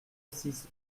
six